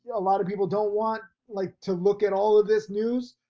a lot of people don't want like to look at all of this news,